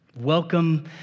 Welcome